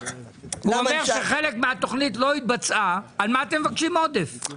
הוא אומר שחלק מהתוכנית לא התבצעה על מה אתם מבקשים עודף?